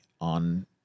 on